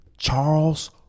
Charles